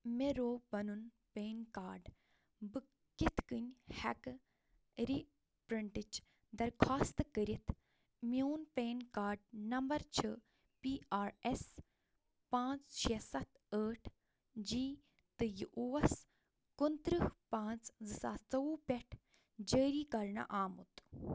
مےٚ روٚو پنُن پین کارڈ بہٕ کِتھ کٔنۍ ہٮ۪کہٕ رِپرٛنٹٕچ درخواست کٔرِتھ میون پین کارڈ نمبر چھُ پی آر ایس پانژھ شےٚ ستھ ٲٹھ جی تہٕ یہِ اوس کُنترٕہ پانٛژھ زٕ ساس ژۄوُہ پٮ۪ٹھ جٲری کرنہٕ آمُت